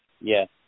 Yes